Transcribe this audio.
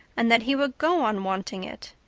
and that he would go on wanting it.